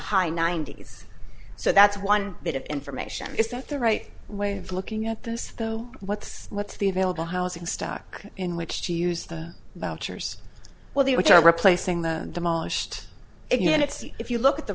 high ninety's so that's one bit of information is that the right way of looking at this what's what's the available housing stock in which to use the vouchers well the rich are replacing the demolished units if you look at the